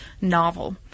novel